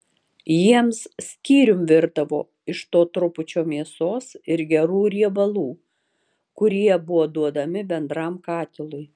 jiems skyrium virdavo iš to trupučio mėsos ir gerų riebalų kurie buvo duodami bendram katilui